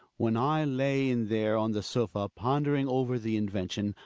when i lay in there on the sofa pondering over the invention,